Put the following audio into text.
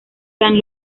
san